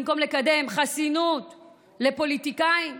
במקום לקדם חסינות לפוליטיקאים,